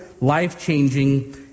life-changing